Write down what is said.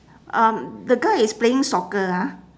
um the guy is playing soccer ah